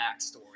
backstory